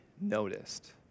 noticed